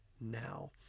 now